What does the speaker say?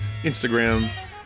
Instagram